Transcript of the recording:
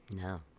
no